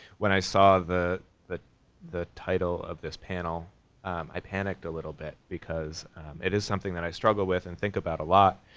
when i saw the the title of this panel i panicked a little bit because it is something that i struggle with and think about a lot.